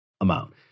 amount